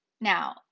Now